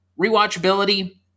Rewatchability